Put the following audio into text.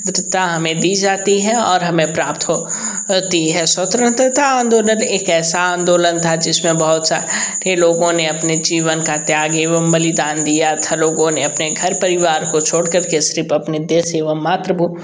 त्रता हमें दी जाती है और हमें प्राप्त हो ती है स्वतंत्रता आंदोलन एक ऐसा आंदोलन था जिसमें बहोत सा रे लोगों ने अपने जीवन का त्याग एवं बलिदान दिया था लोगों ने अपने घर परिवार को छोड़ कर के सिर्फ़ अपने देश एवं मातृ भु